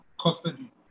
custody